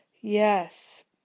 Yes